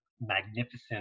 magnificent